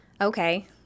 Okay